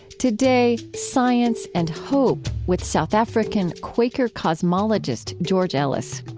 today, science and hope with south african quaker cosmologist george ellis.